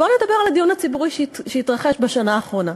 בואו נדבר על הדיון הציבורי שהתרחש בשנה האחרונה.